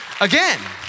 again